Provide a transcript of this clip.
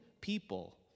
people